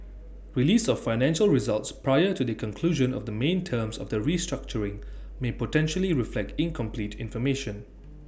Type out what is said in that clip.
release of financial results prior to the conclusion of the main terms of the restructuring may potentially reflect incomplete information